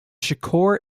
shakur